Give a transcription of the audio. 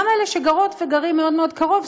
גם אלה שגרות וגרים מאוד מאוד קרוב,